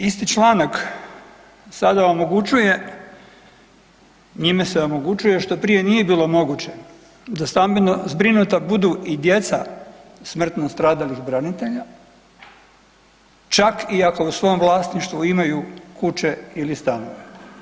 Isti članak sada omogućuje, njime se omogućuje što prije nije bilo moguće, da stambeno zbrinuta budu i djeca smrtno stradalih branitelja, čak i ako u svom vlasništvu imaju kuće ili stanove.